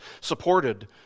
supported